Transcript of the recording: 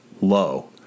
low